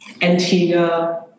Antigua